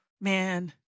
Man